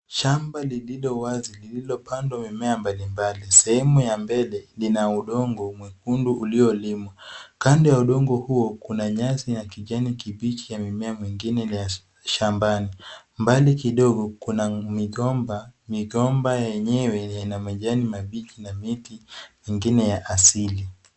Shamba lililo wazi lililopandwa mimea mbalimbali. Sehemu ya mbele lina udongo mwekundu uliolimwa. Kando ya udongo huo kuna nyasi ya kijani kibichi na mimea mingine ya shambani. Mbali kidogo kuna migomba. Migomba yenyewe ina majani mabichi na miti mingine ya asili.